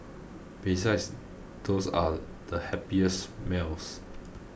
besides those are the happiest melts